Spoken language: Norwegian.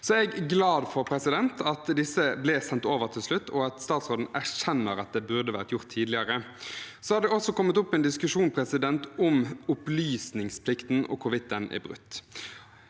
Jeg er glad for at disse ble sendt over til slutt, og at statsråden erkjenner at det burde vært gjort tidligere. Det har også kommet opp en diskusjon om opplysningsplikten og hvorvidt den er brutt.